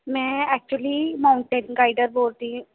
में actually mountain guider बोलदी